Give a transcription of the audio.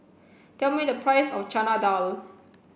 tell me the price of Chana Dal